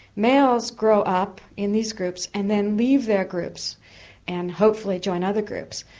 males grow up in these groups and then leave their groups and hopefully join other groups,